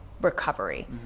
recovery